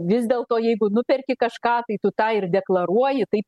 vis dėlto jeigu nuperki kažką tai tu tą ir deklaruoji taip